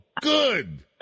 good